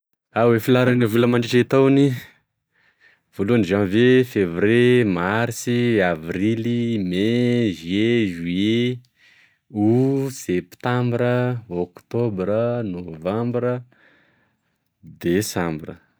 Ao e filaharagne vola mandritry e tao voloany gne zanvie, fevrie, marsy, avrily, mey, juin, juillet, aout, septambra, oktobra, novambra, desambra.